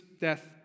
death